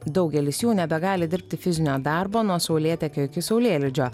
daugelis jų nebegali dirbti fizinio darbo nuo saulėtekio iki saulėlydžio